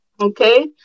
Okay